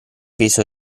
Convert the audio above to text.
peso